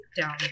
down